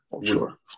Sure